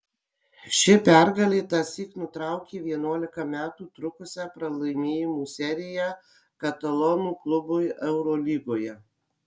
ši pergalė tąsyk nutraukė vienuolika metų trukusią pralaimėjimų seriją katalonų klubui eurolygoje